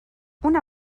una